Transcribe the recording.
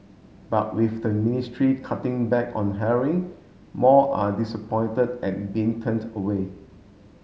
but with the ministry cutting back on hiring more are disappointed at being turned away